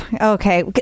Okay